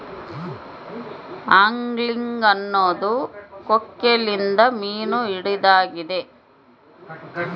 angling ಅನ್ನೊದು ಕೊಕ್ಕೆಲಿಂದ ಮೀನು ಹಿಡಿದಾಗೆತೆ